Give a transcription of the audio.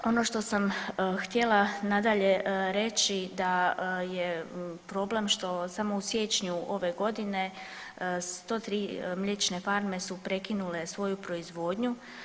Ono što sam htjela nadalje reći da je problem što samo u siječnju ove godine 103 mliječne farme su prekinule svoju proizvodnju.